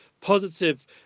positive